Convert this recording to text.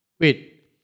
Wait